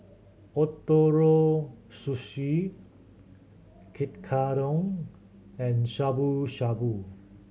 Ootoro Sushi and Shabu Shabu